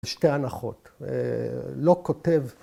‫שתי הנחות, לא כותב.